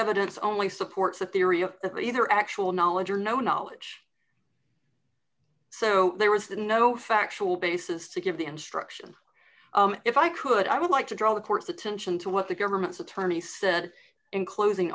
evidence only supports the theory of either actual knowledge or no knowledge so there was no factual basis to give the instruction if i could i would like to draw the court's attention to what the government's attorney said in closing